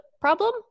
problem